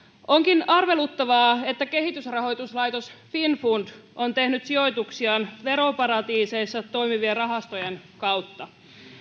onkin arveluttavaa että kehitysrahoituslaitos finnfund on tehnyt sijoituksiaan veroparatiiseissa toimivien rahastojen kautta